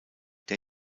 der